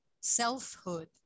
selfhood